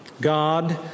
God